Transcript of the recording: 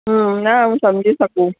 હમ ના હું સમજી શકું